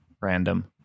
random